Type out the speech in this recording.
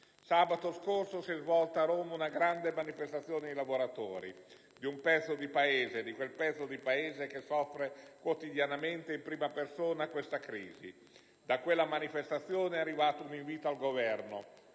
Sabato scorso si è svolta a Roma una grande manifestazione di lavoratori, di un pezzo del nostro Paese che soffre quotidianamente in prima persona questa crisi. Da quella manifestazione è arrivato un invito al Governo: